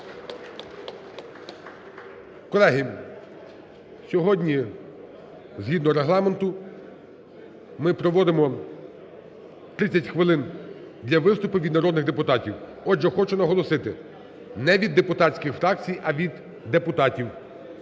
Колеги, сьогодні згідно Регламенту ми проводимо 30 хвилин для виступів від народних депутатів. Отже, хочу наголосити: не від депутатських фракцій, а від депутатів,